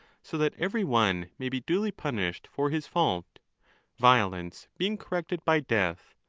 so that every one may be duly punished for his fault violence being corrected by death,